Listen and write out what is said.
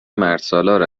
مردسالار